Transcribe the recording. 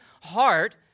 heart